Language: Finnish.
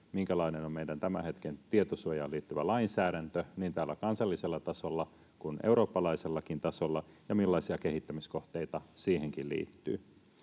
minkälainen on meidän tämän hetken tietosuojaan liittyvä lainsäädäntö niin täällä kansallisella tasolla kuin eurooppalaisellakin tasolla ja millaisia kehittämiskohteita siihenkin liittyy.